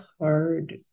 hard